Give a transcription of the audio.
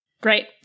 Great